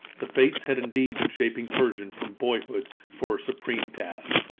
the fates had indeed been shaping pershing from boyhood for a supreme task.